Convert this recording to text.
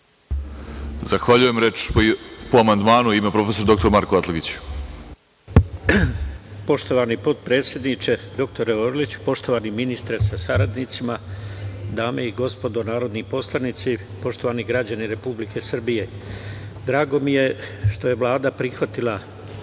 Zahvaljujem. Reč po amandmanu ima prof. dr Marko Atlagić. Izvolite. **Marko Atlagić** Poštovani potpredsedniče dr. Orliću, poštovani ministre sa saradnicima, dame i gospodo narodni poslanici, poštovani građani Republike Srbije, drago mi je što je Vlada prihvatila